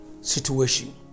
situation